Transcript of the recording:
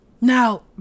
now